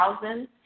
thousands